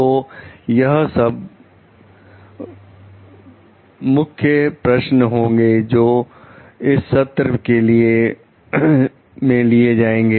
तो यह सब प्रश्न होंगे जो इस सत्र में लिए जाएंगे